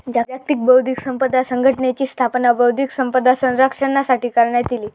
जागतिक बौध्दिक संपदा संघटनेची स्थापना बौध्दिक संपदा संरक्षणासाठी करण्यात इली